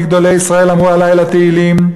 כי גדולי ישראל אמרו הלילה תהילים,